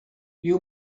you